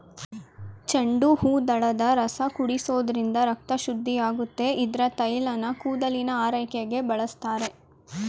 ಚೆಂಡುಹೂದಳದ ರಸ ಕುಡಿಸೋದ್ರಿಂದ ರಕ್ತ ಶುದ್ಧಿಯಾಗುತ್ತೆ ಇದ್ರ ತೈಲನ ಕೂದಲಿನ ಆರೈಕೆಗೆ ಬಳಸ್ತಾರೆ